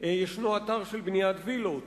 יש אתר של בניית וילות,